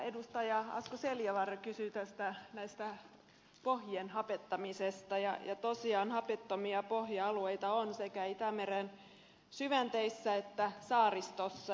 asko seljavaara kysyi pohjien hapettamisesta ja tosiaan hapettomia pohja alueita on sekä itämeren syvänteissä että saaristossa